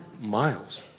miles